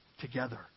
together